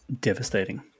devastating